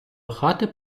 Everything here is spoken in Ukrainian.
хати